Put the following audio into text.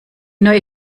neue